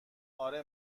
اوه